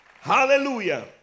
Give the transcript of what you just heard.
Hallelujah